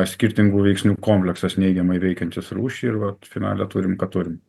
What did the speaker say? skirtingų veiksnių kompleksas neigiamai veikiančios rūšį ir vat finale turim ką turim